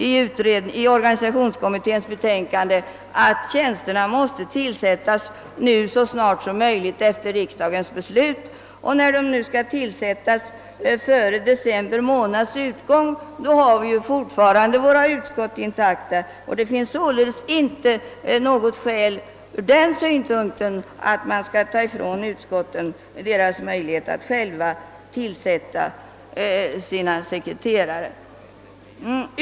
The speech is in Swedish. I organisationsutredningens betänkande anföres att tjänsterna bör tillsättas så snart som möjligt efter riksdagens beslut och före december månads utgång. Eftersom utskotten då fortfarande är intakta, föreligger således inga skäl ur den synpunkten att frånta utskotten deras möjligheter att själva tillsätta sina sekreterare.